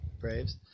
Braves